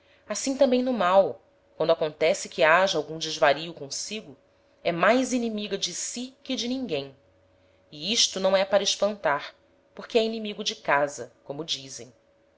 consigo é mais inimiga de si que de ninguem e isto não é para espantar porque é inimigo de casa como dizem